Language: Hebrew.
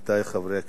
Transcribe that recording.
עמיתי חברי הכנסת,